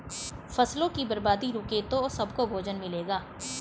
फसलों की बर्बादी रुके तो सबको भोजन मिलेगा